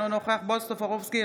אינו נוכח בועז טופורובסקי,